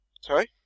Sorry